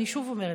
אני שוב אומרת,